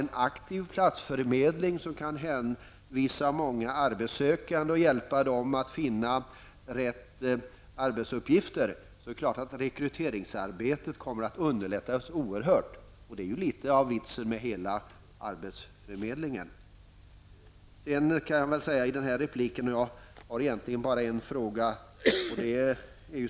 En aktiv platsförmedling som kan hänvisa många arbetssökande och hjälpa dem att finna den rätta arbetsuppgiften innebär naturligtvis att rekryteringsarbetet underlättas oerhört mycket, och det är något av vitsen med arbetsförmedlingen som sådan. Jag har egentligen bara en fråga.